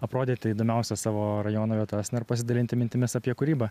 aprodyti įdomiausias savo rajono vietas na ir pasidalinti mintimis apie kūrybą